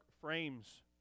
frames